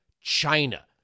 China